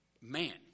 Man